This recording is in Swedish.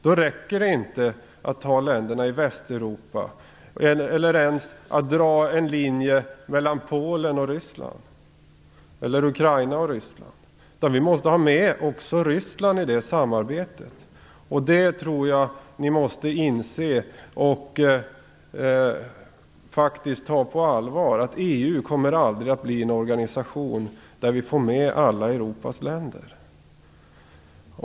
Då räcker det inte att ta med länderna i Västeuropa eller att dra en linje mellan Polen och Ryssland eller mellan Ukraina och Ryssland. Vi måste också ha med Ryssland i det samarbetet. Jag tror att ni måste inse det och ta det på allvar. EU kommer aldrig att bli en organisation där vi får med alla Europas länder.